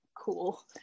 cool